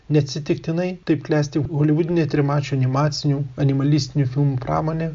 neatsitiktinai taip klesti holivudinė trimačių animacinių animalistinių filmų pramonė